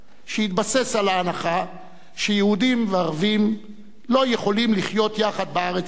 שהתבסס על ההנחה שיהודים וערבים לא יכולים לחיות יחד בארץ הזאת,